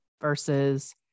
versus